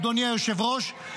אדוני היושב-ראש.